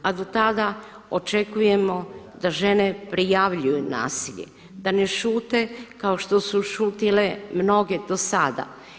A dotada očekujemo da žene prijavljuju nasilje, da ne šute kao što su šutjele mnoge dosada.